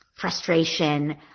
frustration